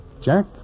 Jack